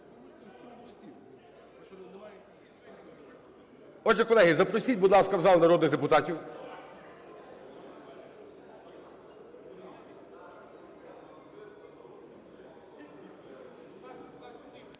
Отже, колеги, запросіть, будь ласка, в зал народних депутатів.